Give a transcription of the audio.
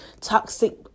toxic